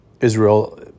Israel